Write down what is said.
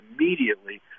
immediately